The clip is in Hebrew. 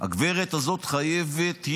הגברת הזאת חייבת,